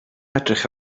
edrych